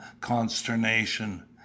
consternation